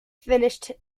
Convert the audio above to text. finished